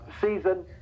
season